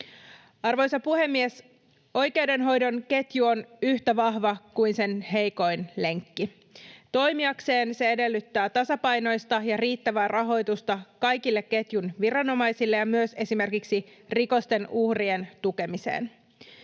Arvoisa puhemies! Oikeudenhoidon ketju on yhtä vahva kuin sen heikoin lenkki. Toimiakseen se edellyttää tasapainoista ja riittävää rahoitusta kaikille ketjun viranomaisille ja myös esimerkiksi rikosten uhrien tukemiseen.